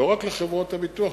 ולא רק לחברות הביטוח,